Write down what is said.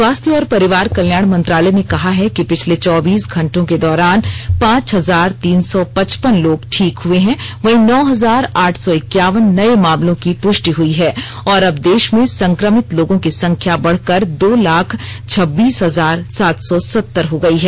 स्वास्थ्य और परिवार कल्याण मंत्रालय ने कहा है कि पिछले चौबीस घंटों के दौरान पांच हजार तीन सौ पचपन लोग ठीक हुए हैं वहीं नौ हजार आठ सौ इक्यावन नये मामलों की पुष्टि हुई है और अब देश में संक्रमित लोगों की संख्या बढकर दो लाख छब्बीस हजार सात सौ सतर हो गई है